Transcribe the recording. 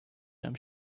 them